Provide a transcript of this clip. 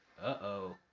Uh-oh